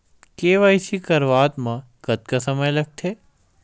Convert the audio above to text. KYC करवात म कतका समय लगथे?